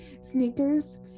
sneakers